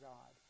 God